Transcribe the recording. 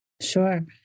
Sure